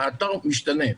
האתר משתנה.